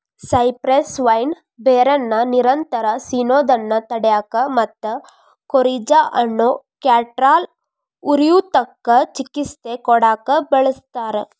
cypress vine ಬೇರನ್ನ ನಿರಂತರ ಸಿನೋದನ್ನ ತಡ್ಯಾಕ ಮತ್ತ ಕೋರಿಜಾ ಅನ್ನೋ ಕ್ಯಾಟರಾಲ್ ಉರಿಯೂತಕ್ಕ ಚಿಕಿತ್ಸೆ ಕೊಡಾಕ ಬಳಸ್ತಾರ